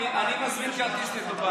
אני מזמין כרטיס לדובאי.